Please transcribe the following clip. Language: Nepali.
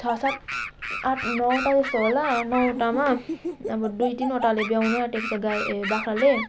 छ सात आठ नौवटा जस्तो होला नौवटामा अब दुई तिनवटाले ब्याउनु आँटेको छ गाई ए बाख्राले